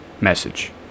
message